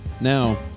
Now